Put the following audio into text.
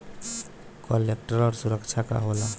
Collateral सुरक्षा का होला?